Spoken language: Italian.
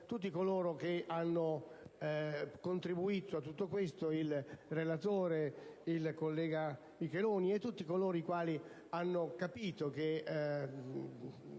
tutti coloro che hanno contribuito a questo: il relatore, il collega Micheloni e tutti quelli che hanno capito che